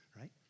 right